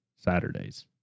Saturdays